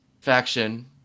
faction